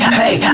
hey